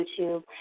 YouTube